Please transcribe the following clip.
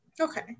Okay